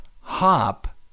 Hop